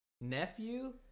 nephew